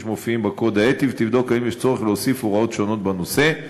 שמופיעים בקוד האתי ותבדוק אם יש צורך להוסיף הוראות שונות בנושא.